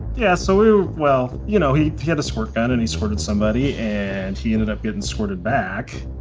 yeah so. well you know he he had a squirt gun and he sort of somebody and he ended up getting squirted back.